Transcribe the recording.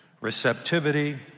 receptivity